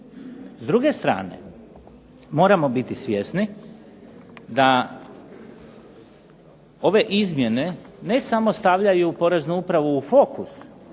S druge strane, moramo biti svjesni da ove izmjene ne samo stavljaju Poreznu upravu u fokus